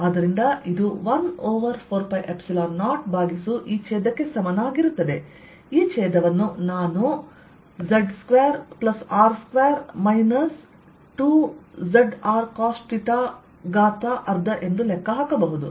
ಆದ್ದರಿಂದ ಇದು 1 ಓವರ್ 4π0 ಭಾಗಿಸು ಈ ಛೇದಕ್ಕೆ ಸಮನಾಗಿರುತ್ತದೆ ಈ ಛೇದವನ್ನು ನಾನುz2R2 2zRcosθ ಎಂದು ಲೆಕ್ಕ ಹಾಕಬಹುದು